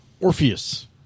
Orpheus